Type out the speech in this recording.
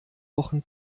wochen